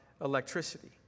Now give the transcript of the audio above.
electricity